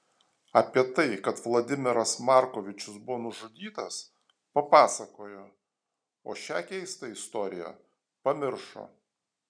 apie tai kad vladimiras markovičius buvo nužudytas papasakojo o šią keistą istoriją pamiršo